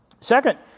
Second